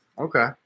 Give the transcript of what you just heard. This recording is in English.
Okay